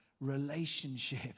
relationship